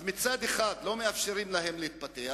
אז מצד אחד לא מאפשרים להם להתפתח,